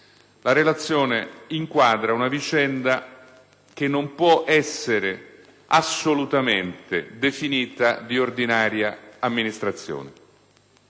la relazione inquadra una vicenda che non può essere assolutamente definita di ordinaria amministrazione